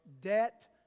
debt